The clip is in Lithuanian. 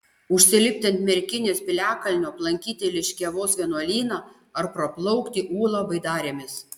užsilipti ant merkinės piliakalnio aplankyti liškiavos vienuolyną ar praplaukti ūlą baidarėmis